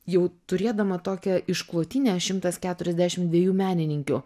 jau turėdama tokią išklotinę šimtas keturiasdešim dviejų menininkių